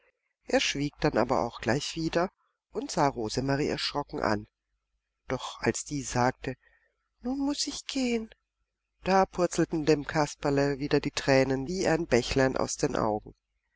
er schwieg dann aber auch gleich und sah rosemarie erschrocken an doch als die sagte nun muß ich gehen da purzelten dem kasperle wieder die tränen wie ein bächlein aus den augen